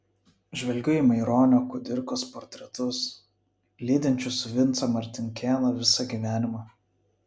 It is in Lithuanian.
žvelgiu į maironio kudirkos portretus lydinčius vincą martinkėną visą gyvenimą